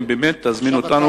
אם באמת תזמין אותנו,